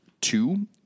two